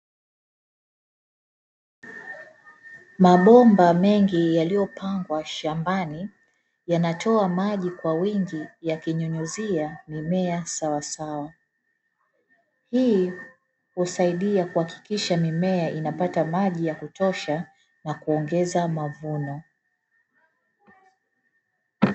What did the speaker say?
Mabomba mengi yaliyopangwa shambani yanatoa maji kwa wingi yakinyunyuzia mimea sawaswa, hii husaidia kuhakikisha mimea inapata maji ya kutosha na kuongeza mavuno.